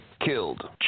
killed